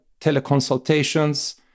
teleconsultations